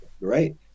right